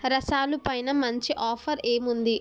రసాలు పైన మంచి ఆఫర్ ఏమి ఉంది